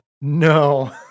No